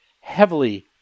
heavily